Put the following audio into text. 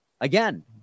Again